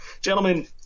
Gentlemen